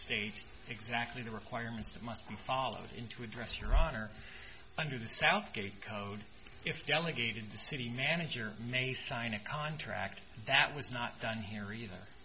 state exactly the requirements that must be followed in to address your honor under the southgate code if delegate in the city manager may sign a contract that was not done here either